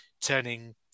turning